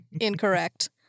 incorrect